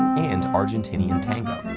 and argentinian tango.